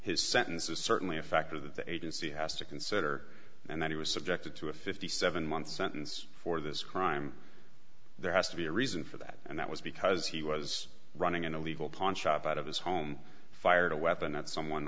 his sentence is certainly a factor that the agency has to consider and that he was subjected to a fifty seven month sentence for this crime there has to be a reason for that and that was because he was running an illegal pawn shop out of his home fired a weapon at someone